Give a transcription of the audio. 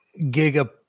giga